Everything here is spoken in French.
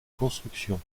construction